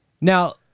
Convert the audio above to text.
Now